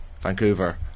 Vancouver